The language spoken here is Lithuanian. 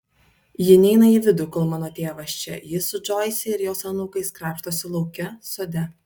ji neina į vidų kol mano tėvas čia ji su džoise ir jos anūkais krapštosi lauke sode